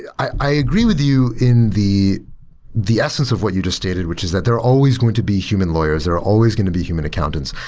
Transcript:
i agree with you in the the essence of what you just stated which is that there's always going to be human lawyers they're always going to be human accountants,